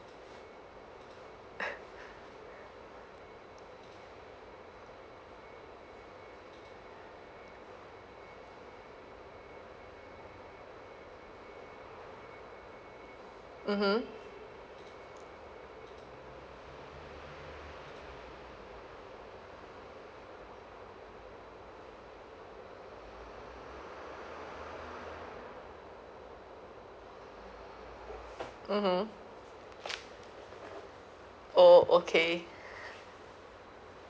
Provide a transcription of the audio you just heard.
mmhmm mmhmm oh okay